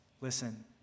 Listen